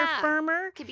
firmer